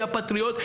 אני הפטריוט.